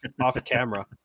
off-camera